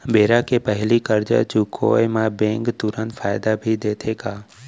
बेरा के पहिली करजा चुकोय म बैंक तुरंत फायदा भी देथे का?